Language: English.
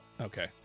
Okay